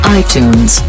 iTunes